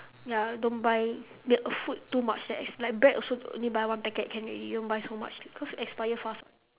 ya don't buy milk food too much then ex~ like bread also only buy one packet can already don't buy so much because expire fast [what]